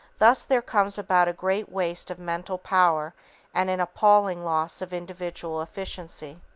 thus there comes about a great waste of mental power and an appalling loss of individual efficiency.